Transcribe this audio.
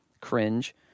Cringe